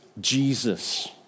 Jesus